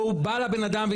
הוא בא לבן אדם,